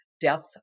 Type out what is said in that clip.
death